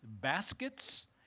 baskets